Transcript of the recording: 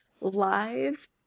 live